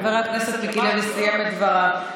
חבר הכנסת מיקי לוי סיים את דבריו.